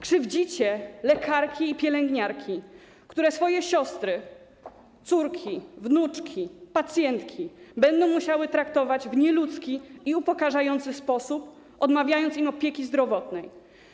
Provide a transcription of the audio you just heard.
Krzywdzicie lekarki i pielęgniarki, które swoje siostry, córki, wnuczki, pacjentki będą musiały traktować w nieludzki i upokarzający sposób, odmawiając im opieki zdrowotnej.